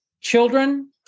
children